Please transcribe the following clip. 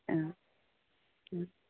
অঁ